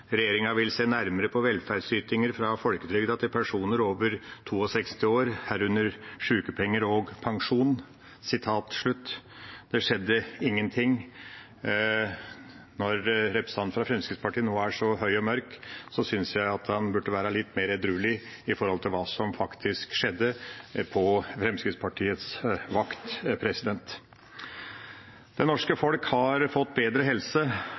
vil også sjå nærare på velferdsytingar frå folketrygda til personar over 62 år, herunder sjukepengar og pensjon.» Det skjedde ingenting. Når representanten fra Fremskrittspartiet nå er så høy og mørk, syns jeg han burde være litt mer edruelig i forhold til hva som faktisk skjedde på Fremskrittspartiets vakt. Det norske folk har fått bedre helse.